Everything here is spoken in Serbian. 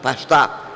Pa šta.